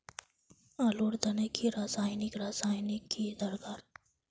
आलूर तने की रासायनिक रासायनिक की दरकार?